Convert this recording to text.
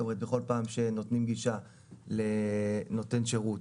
זאת אומרת בכל פעם שנותנים גישה לנותן שירות